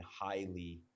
highly